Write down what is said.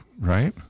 right